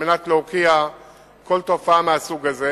כדי להוקיע כל תופעה מהסוג הזה,